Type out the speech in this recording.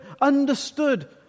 understood